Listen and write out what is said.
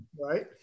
Right